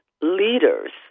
leaders